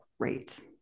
great